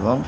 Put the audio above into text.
এবং